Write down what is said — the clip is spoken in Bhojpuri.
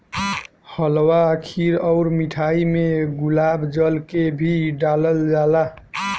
हलवा खीर अउर मिठाई में गुलाब जल के भी डलाल जाला